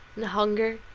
and hunger.